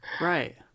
Right